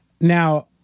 Now